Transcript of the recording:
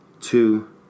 Two